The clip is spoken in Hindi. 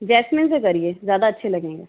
जैस्मिन से करिये ज़्यादा अच्छी लगेगी